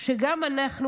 אנחנו,